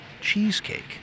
cheesecake